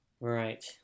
Right